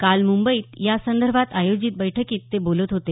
काल मुंबईत यासंदर्भात आयोजित बैठकीत ते बोलत होते